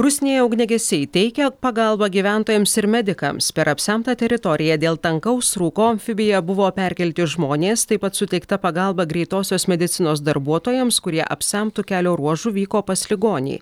rusnėje ugniagesiai teikė pagalbą gyventojams ir medikams per apsemtą teritoriją dėl tankaus rūko amfibija buvo perkelti žmonės taip pat suteikta pagalba greitosios medicinos darbuotojams kurie apsemtu kelio ruožų vyko pas ligonį